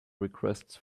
requests